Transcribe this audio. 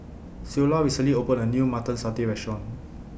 Ceola recently opened A New Mutton Satay Restaurant